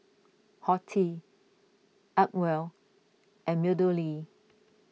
Horti Acwell and MeadowLea